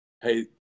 hey